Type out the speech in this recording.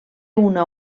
una